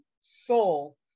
soul